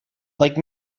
like